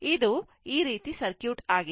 ಇದು ಸರ್ಕ್ಯೂಟ್ ಆಗಿದೆ